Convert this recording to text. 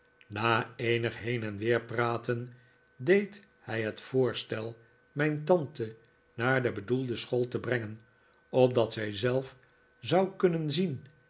na eenig heen en weer praten deed hij het voorstel mijn tante naar de bedoelde school te brengen opdat zij zelf zou kunnen zien